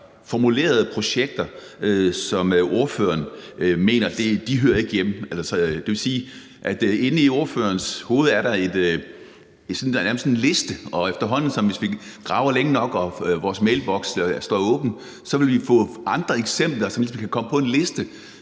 formulerede projekter, som ordføreren mener ikke hører hjemme, og altså, det vil sige, at inde i ordførerens hoved er der nærmest en liste, og efterhånden som vi graver længe nok og vores mailbokse står åbne, vil vi få andre eksempler, som ligesom kan komme på den liste,